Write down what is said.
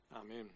Amen